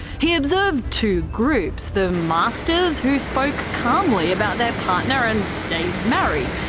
he observed two groups, the masters, who spoke calmly about their partner and stayed married,